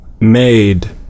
made